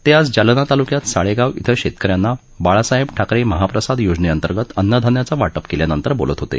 ते आज जालना तालुक्यात साळेगाव इथं शेतकऱ्यांना बाळासाहेब ठाकरे महाप्रसाद योजनेअंतर्गत अन्नधान्याचं वाटप केल्यानंतर बोलत होते